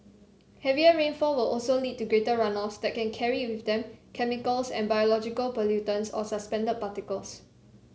heavier rainfall will also lead to greater runoffs that can carry with them chemical and biological pollutants or suspended particles